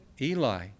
Eli